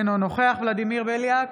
אינו נוכח ולדימיר בליאק,